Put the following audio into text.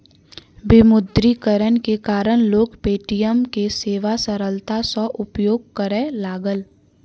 विमुद्रीकरण के कारण लोक पे.टी.एम के सेवा सरलता सॅ उपयोग करय लागल